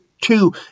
two